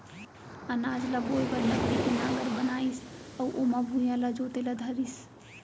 अनाज ल बोए बर लकड़ी के नांगर बनाइस अउ ओमा भुइयॉं ल जोते ल धरिस